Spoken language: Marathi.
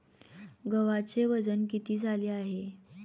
गव्हाचे वजन किती झाले आहे?